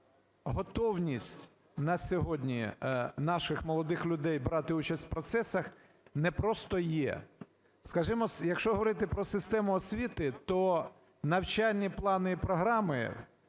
готовність на сьогодні наших молодих людей брати участь в процесах не просто є. Скажімо, якщо говорити про систему освіти, то навчальні плани і програми